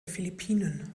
philippinen